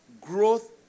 growth